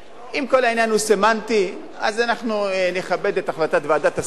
אם כל העניין הוא סמנטי אז אנחנו נכבד את החלטת ועדת השרים,